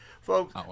Folks